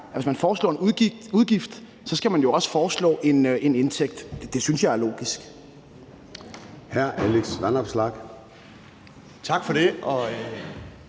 hvis man foreslår en udgift, skal man jo også foreslå en indtægt. Det synes jeg er logisk.